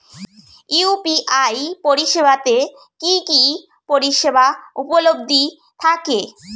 UPI পরিষেবা তে কি কি পরিষেবা উপলব্ধি থাকে?